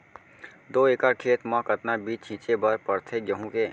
दो एकड़ खेत म कतना बीज छिंचे बर पड़थे गेहूँ के?